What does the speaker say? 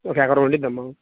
ఒక ఎకరం ఉంటుందమ్మ